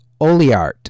Oliart